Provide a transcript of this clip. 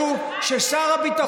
איפה היית?